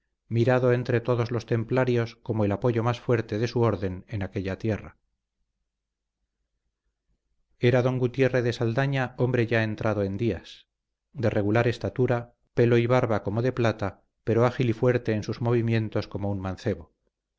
mirado entre todos los templarios como el apoyo más fuerte de su orden en aquella tierra era don gutierre de saldaña hombre ya entrado en días de regular estatura pelo y barba como de plata pero ágil y fuerte en sus movimientos como un mancebo